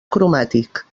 cromàtic